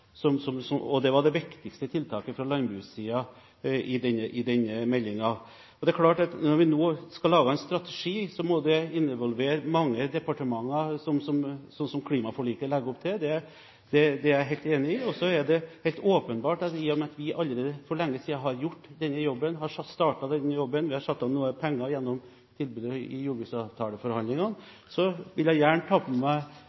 satsing på biogass, og det var det viktigste tiltaket fra landbrukssiden i denne meldingen. Det er klart at når vi nå skal lage en strategi, må det involvere mange departementer, slik som klimaforliket legger opp til. Det er jeg helt enig i. Det er helt åpenbart at i og med at vi allerede for lenge siden har startet denne jobben og satt av noe penger gjennom tilbudet i jordbruksforhandlingene, vil jeg gjerne ta på meg